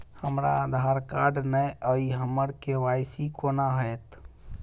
हमरा आधार कार्ड नै अई हम्मर के.वाई.सी कोना हैत?